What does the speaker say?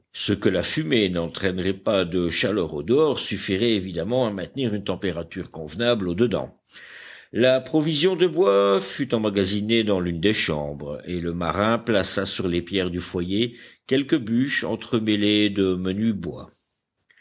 ce que la fumée n'entraînerait pas de chaleur au dehors suffirait évidemment à maintenir une température convenable au dedans la provision de bois fut emmagasinée dans l'une des chambres et le marin plaça sur les pierres du foyer quelques bûches entremêlées de menu bois